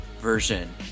version